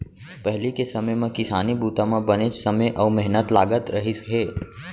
पहिली के समे म किसानी बूता म बनेच समे अउ मेहनत लागत रहिस हे